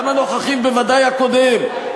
גם הנוכחי ובוודאי הקודם,